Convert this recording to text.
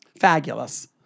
fabulous